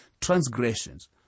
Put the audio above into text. transgressions